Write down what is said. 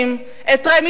את ההתעמרות בחלשים,